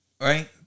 Right